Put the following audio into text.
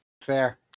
Fair